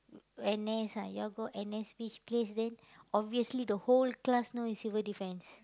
very nice ah you all N_S place then obviously the whole class know is Civil-Defence